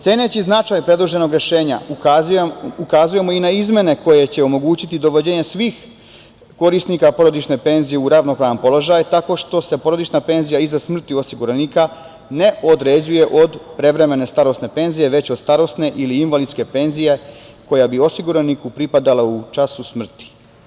Ceneći značaj predloženog rešenja, ukazujemo i na izmene koje će omogućiti dovođenja svih korisnika porodične penzije u ravnopravan položaj, tako što se porodična penzija iza smrti osiguranika ne određuje od prevremene starosne penzije, već od starosne ili invalidske penzije koja bi osiguraniku pripadala u času smrti.